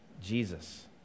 Jesus